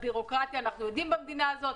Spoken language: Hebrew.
הביורוקרטיה אנחנו יודעים במדינה הזאת.